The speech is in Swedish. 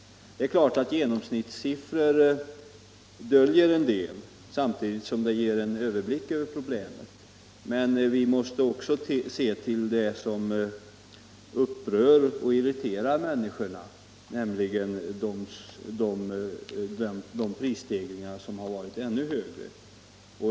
Det är klart att genomsnittsiffror döljer en del, samtidigt som de ger en överblick över problemen. Men vi måste också se till det som upprör och irriterar människorna, nämligen de prisstegringar som har varit ännu högre.